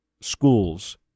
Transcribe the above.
schools